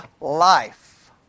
life